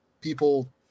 people